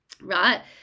right